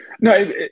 No